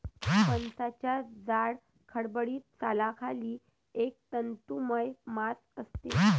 फणसाच्या जाड, खडबडीत सालाखाली एक तंतुमय मांस असते